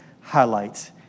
highlights